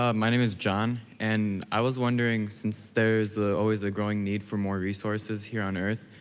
ah my name is john and i was wondering, since there's always a growing need for more resources here on earth,